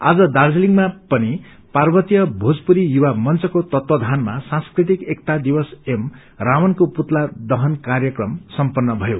आज दार्जीलिङमा पनि पार्वतीय भोजपूरी युवामंचको तत्वाधानमा सांस्कृतिक एकता दिवस एवं रावणको पुतला दहन कार्यक्रम सम्पन्न भयो